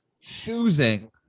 choosing